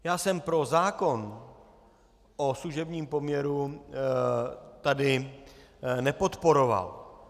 Já jsem zákon o služebním poměru tady nepodporoval.